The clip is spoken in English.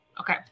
Okay